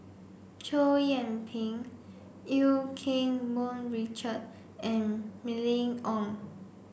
Chow Yian Ping Eu Keng Mun Richard and Mylene Ong